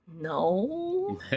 No